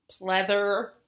pleather